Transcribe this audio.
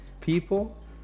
people